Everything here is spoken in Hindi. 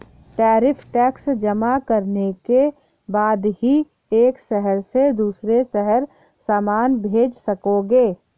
टैरिफ टैक्स जमा करने के बाद ही एक शहर से दूसरे शहर सामान भेज सकोगे